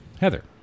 Heather